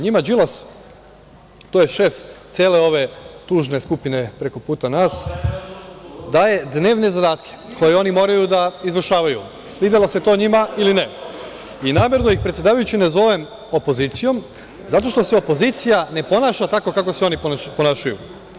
NJima Đilas, to je šef cele ove tužne skupine prekoputa nas, daje dnevne zadatke koje oni moraju da izvršavaju, svidelo se to njima ili ne i namerno ih, predsedavajući, ne zovem opozicijom, zato što se opozicija ne ponaša tako kako se oni ponašaju.